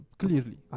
clearly